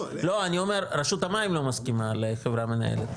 רשות המים לא מסכימה לחברה מנהלת.